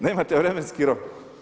Nemate vremenski rok.